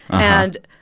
and